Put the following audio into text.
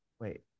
wait